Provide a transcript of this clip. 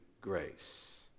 grace